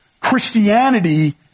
Christianity